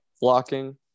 blocking